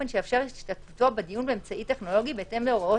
שיאפשר את השתתפותו בדיון באמצעי טכנולוגי בהתאם להוראות